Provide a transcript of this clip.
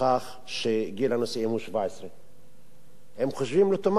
מכך שגיל הנישואים הוא 17. הם חושבים לתומם